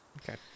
Okay